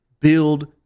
build